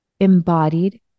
embodied